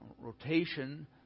Rotation